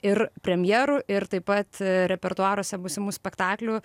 ir premjerų ir taip pat repertuaruose būsimų spektaklių